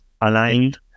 aligned